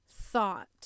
thought